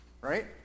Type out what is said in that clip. right